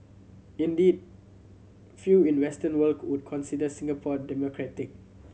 indeed few in the Western world would consider Singapore democratic